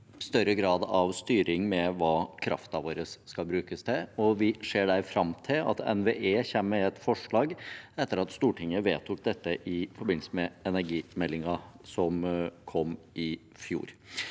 større grad av styring med hva kraften vår skal brukes til. Vi ser der fram til at NVE kommer med et forslag, etter at Stortinget vedtok det i forbindelse med energimeldingen som kom i fjor.